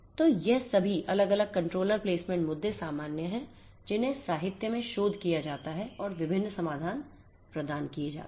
तो ये सभी अलग अलग कंट्रोलर प्लेसमेंट मुद्दे सामान्य हैं जिन्हें साहित्य में शोध किया जाता है और विभिन्न समाधान प्रदान किए जाते हैं